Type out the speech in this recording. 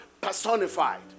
personified